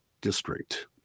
district